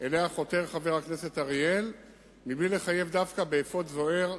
שאליה חותר חבר הכנסת אריאל בלי לחייב דווקא באפוד זוהר,